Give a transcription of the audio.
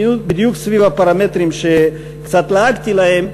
בדיוק סביב הפרמטרים שקצת לעגתי להם,